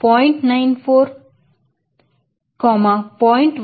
267 ಮತ್ತು 0